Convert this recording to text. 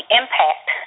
impact